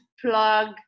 plug